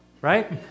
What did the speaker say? right